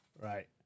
Right